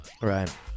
Right